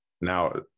Now